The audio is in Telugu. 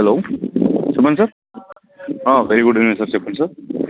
హలో చెప్పండి సార్ ఆ వెరీ గుడ్ ఈవినింగ్ సార్ చెప్పండి సార్